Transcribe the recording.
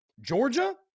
Georgia